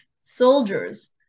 soldiers